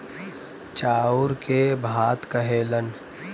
चाउर के भात कहेलन